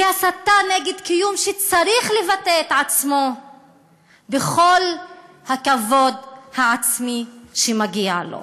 היא הסתה נגד קיום שצריך לבטא את עצמו בכל הכבוד העצמי שמגיע לו,